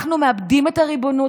אנחנו מאבדים את הריבונות,